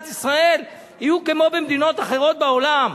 ישראל יהיו כמו במדינות אחרות בעולם.